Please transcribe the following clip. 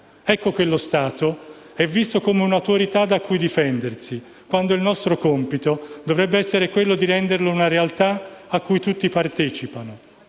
Ecco che lo Stato è visto come un'autorità da cui difendersi, quando il nostro compito dovrebbe essere quello di renderlo una realtà cui tutti partecipano.